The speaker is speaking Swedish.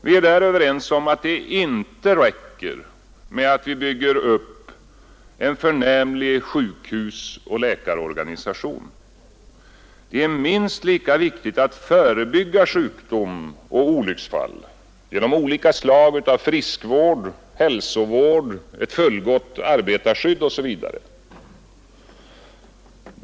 Vi är överens om att det inte räcker med att vi bygger upp en förnämlig sjukhusoch läkarorganisation. Minst lika viktigt är det att förebygga sjukdom och olycksfall genom olika slag av friskvård, hälsovård, ett fullgott arbetarskydd osv.